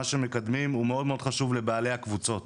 מה שמקדמים הוא מאוד חשוב לבעלי הקבוצות